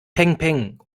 pengpeng